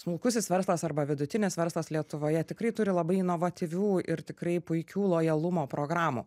smulkusis verslas arba vidutinis verslas lietuvoje tikrai turi labai inovatyvių ir tikrai puikių lojalumo programų